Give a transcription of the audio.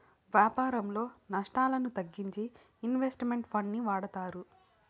వ్యాపారంలో నష్టాలను తగ్గించేకి ఇన్వెస్ట్ మెంట్ ఫండ్ ని వాడతారు